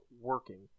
working